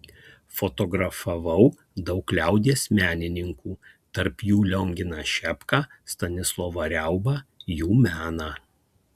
fotografavau daug liaudies menininkų tarp jų lionginą šepką stanislovą riaubą jų meną